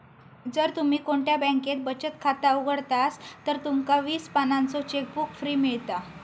जर तुम्ही कोणत्या बॅन्केत बचत खाता उघडतास तर तुमका वीस पानांचो चेकबुक फ्री मिळता